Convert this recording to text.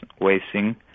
wasting